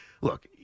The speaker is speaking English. look